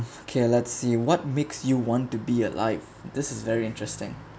okay let's see what makes you want to be alive this is very interesting